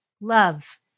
love